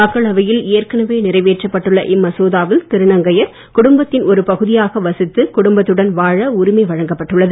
மக்களவையில் ஏற்கனவே நிறைவேற்றப் பட்டுள்ள இம்மசோதாவில் திருநங்கையர் குடும்பத்தின் ஒரு பகுதியாக வசித்து குடும்பத்துடன் வாழ உரிமை வழங்கப் பட்டுள்ளது